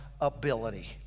ability